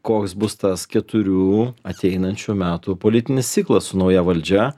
koks bus tas keturių ateinančių metų politinis ciklas su nauja valdžia